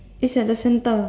it's at the centre